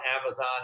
Amazon